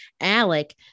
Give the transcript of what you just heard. Alec